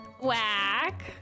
Whack